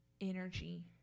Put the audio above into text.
energy